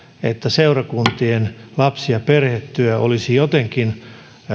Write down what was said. että seurakuntien lapsi ja perhetyö olisi jotenkin